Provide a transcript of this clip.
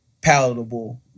palatable